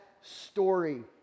story